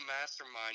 mastermind